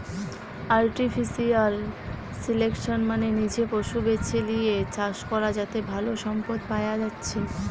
artificial selection মানে নিজে পশু বেছে লিয়ে চাষ করা যাতে ভালো সম্পদ পায়া যাচ্ছে